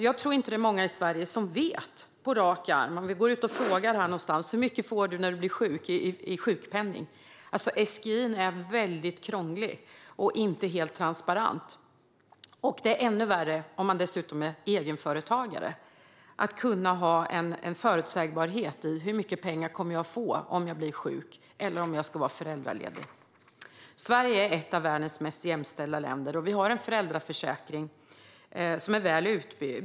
Jag tror inte att det är många i Sverige som vet det på rak arm om vi går ut och frågar: Hur mycket får du i sjukpenning när du blir sjuk? SGI:n är väldigt krånglig och inte helt transparent. Det är ännu värre om man dessutom är egenföretagare att kunna ha en förutsägbarhet. Hur mycket pengar kommer jag att få om jag blir sjuk eller om jag ska vara föräldraledig? Sverige är ett av världens mest jämställda länder. Vi har en föräldraförsäkring som är väl utbyggd.